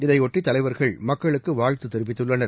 இதையொட்டி தலைவர்கள் மக்களுக்கு வாழ்த்து தெரிவித்துள்ளனர்